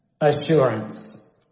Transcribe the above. assurance